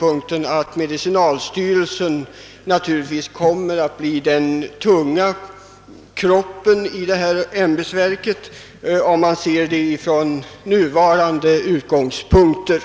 Vidare kommer medicinalstyrelsen så att säga att bli den tunga kroppen i verksamheten, sett från nuvarande utgångspunkter.